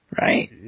right